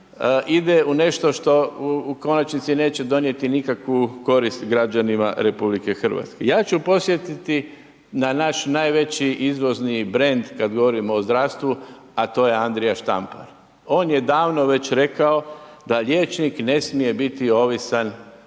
ide u nešto što u konačnici neće donijeti nikakvu koristi građanima RH. Ja ću podsjetiti na naš najveći izvozni brend kad govorimo o zdravstvu, a to je Andrija Štampar. On je davno već rekao da liječnik ne smije biti